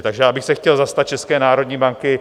Takže já bych se chtěl zastat České národní banky.